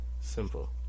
Simple